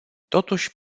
totuși